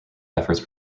efforts